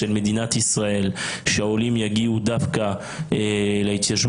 של מדינת ישראל שהעולים יגיעו דווקא להתיישבות,